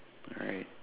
alright